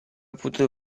potuto